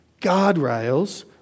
Guardrails